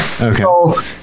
Okay